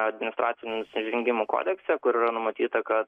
administracinių nusižengimų kodekse kur yra numatyta kad